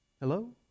Hello